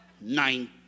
nine